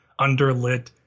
underlit